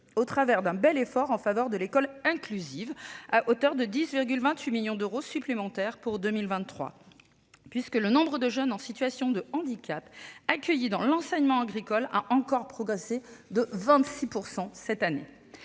par un bel effort en faveur de l'école inclusive, à hauteur de 10,28 millions d'euros supplémentaires pour 2023, le nombre de jeunes en situation de handicap accueillis dans l'enseignement agricole ayant encore progressé de 26 % cette année.